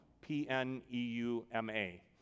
p-n-e-u-m-a